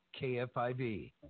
KFIV